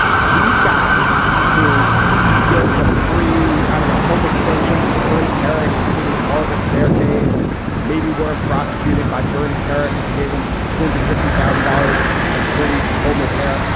these guys who built a free, i don't know, home extension for bernie kerik including a marble staircase, and maybe weren't prosecuted by bernie kerik because they gave him two hundred and fifty thousand dollars a free home repair.